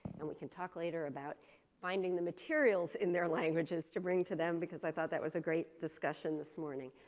and we can talk later about finding the materials in their languages to bring to them because i thought that was a great discussion this morning.